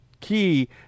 key